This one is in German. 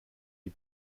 die